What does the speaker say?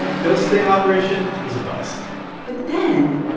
bill's sting operation was a bust but then,